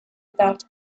without